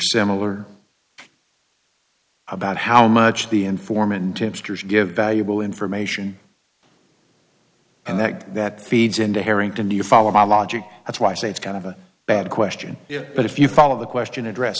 similar about how much the informant tipsters give valuable information and that that feeds into harrington you follow my logic that's why i say it's kind of a bad question but if you follow the question address